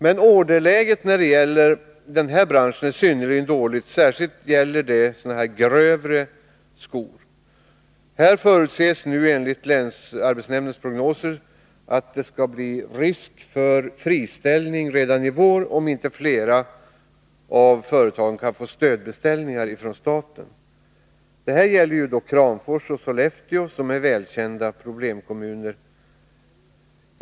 Men orderläget när det gäller den branschen är synnerligen dåligt; särskilt gäller det grövre skor. Här föreligger enligt länsarbetsnämndens prognoser risk för friställningar redan i vår, om inte flera av företagen kan få stödbeställningar från staten. Det gäller Kramfors och Sollefteå, som är välkända problemkommuner.